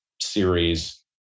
series